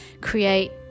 create